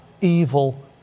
evil